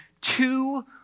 two